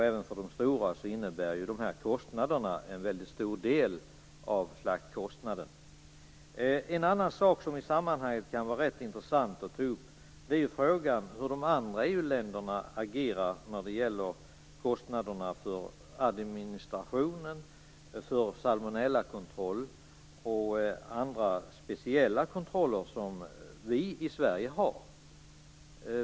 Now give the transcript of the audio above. Även för de stora innebär dessa kostnader en väldigt stor del av slaktkostnaden. En annan sak som i sammanhanget kan vara rätt intressant är frågan hur de andra EU-länderna agerar när det gäller kostnaderna för administrationen, för salmonellakontrollen och för andra speciella kontroller som vi i Sverige har.